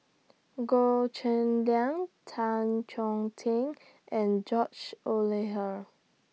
Goh Cheng Liang Tan Chong Tee and George